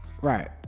Right